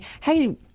hey